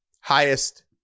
highest